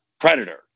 Predator